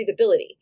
breathability